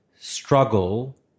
struggle